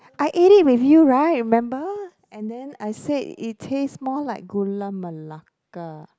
I ate it with you right remember and then I say it taste more like Gula Melaka